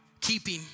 keeping